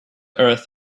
earth